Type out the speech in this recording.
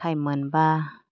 time मोनबा